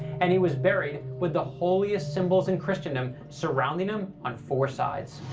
and he was buried with the holiest symbols in christendom surrounding him on four sides.